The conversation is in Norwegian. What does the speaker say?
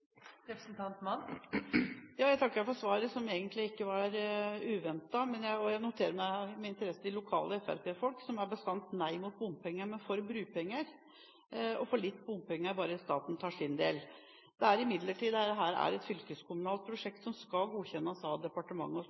Jeg takker for svaret, som egentlig ikke var uventet. Og jeg noterer meg med interesse lokale Fremskrittsparti-folk som sier bastant nei til bompenger, men er for bropenger, og litt for bompenger bare staten tar sin del. Dette er imidlertid et fylkeskommunalt prosjekt, som skal godkjennes av departementet og